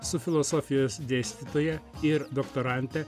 su filosofijos dėstytoja ir doktorante